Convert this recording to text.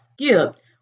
skipped